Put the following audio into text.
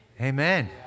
Amen